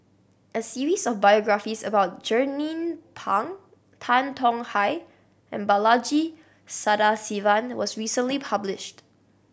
a series of biographies about Jernnine Pang Tan Tong Hye and Balaji Sadasivan was recently published